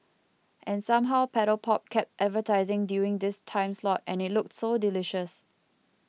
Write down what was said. and somehow Paddle Pop kept advertising during this time slot and it looked so delicious